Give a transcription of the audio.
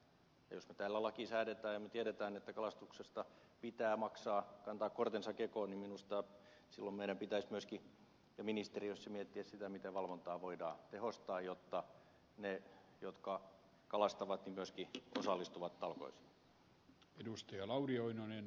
ja jos me täällä lain säädämme ja me tiedämme että kalastuksesta pitää maksaa kantaa kortensa kekoon niin minusta silloin meidän pitäisi myöskin ja ministeriössä miettiä sitä miten valvontaa voidaan tehostaa jotta ne jotka kalastavat myöskin osallistuvat talkoisiin